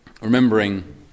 Remembering